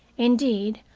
indeed,